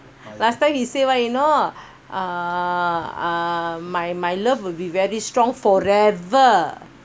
last time he say what you know uh uh my my love will be very strong for forever